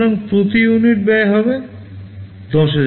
সুতরাং প্রতি ইউনিট ব্যয় হবে Rs